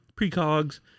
precogs